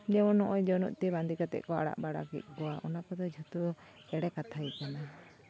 ᱡᱮᱢᱚᱱ ᱱᱚᱜᱼᱚᱭ ᱡᱚᱱᱚᱜ ᱛᱮ ᱵᱟᱸᱫᱮ ᱠᱟᱛᱮᱫ ᱠᱚ ᱟᱲᱟᱜ ᱵᱟᱲᱟ ᱠᱮᱫ ᱠᱚᱣᱟ ᱚᱱᱟ ᱠᱚᱫᱚ ᱡᱷᱚᱛᱚ ᱮᱲᱮ ᱠᱟᱛᱷᱟ ᱜᱮ ᱠᱟᱱᱟ